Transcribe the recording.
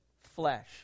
flesh